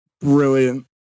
Brilliant